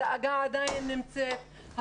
הדאגה עדיין נמצאת,